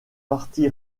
parti